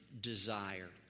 desire